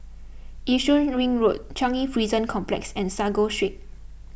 Yishun Ring Road Changi Prison Complex and Sago Street